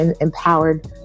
empowered